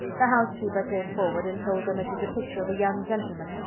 the housekeeper came forward, and told them it was a picture of a young gentleman,